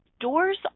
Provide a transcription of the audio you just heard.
doors